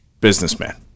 businessman